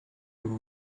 vous